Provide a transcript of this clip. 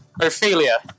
Ophelia